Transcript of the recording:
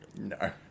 No